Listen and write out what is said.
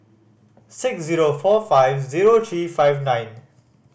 six zero four five zero three five nine